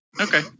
okay